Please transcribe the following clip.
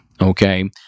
Okay